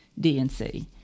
dnc